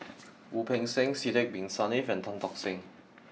Wu Peng Seng Sidek Bin Saniff and Tan Tock Seng